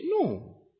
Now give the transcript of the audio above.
No